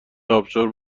ابشار